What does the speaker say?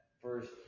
first